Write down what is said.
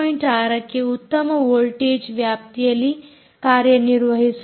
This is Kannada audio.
6ಕ್ಕೆ ಉತ್ತಮ ವೋಲ್ಟೇಜ್ ವ್ಯಾಪ್ತಿಯಲ್ಲಿ ಕಾರ್ಯ ನಿರ್ವಹಿಸುತ್ತದೆ